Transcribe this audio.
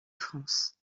france